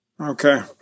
Okay